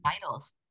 titles